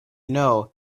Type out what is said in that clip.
know